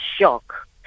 shock